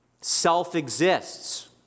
self-exists